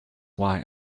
why